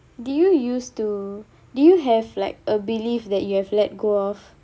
did you used to did you have like a believe that you have let go of